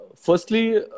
Firstly